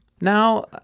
Now